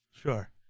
Sure